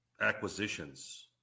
acquisitions